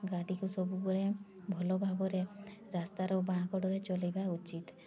ଗାଡ଼ିକୁ ସବୁବେଳେ ଭଲଭାବରେ ରାସ୍ତାର ବାମ କଡ଼ରେ ଚଲେଇବା ଉଚିତ୍